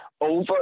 over